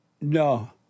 No